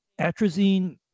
atrazine